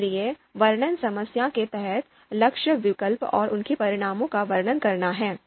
इसलिए वर्णन समस्या के तहत लक्ष्य विकल्प और उनके परिणामों का वर्णन करना है